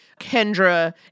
kendra